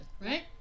right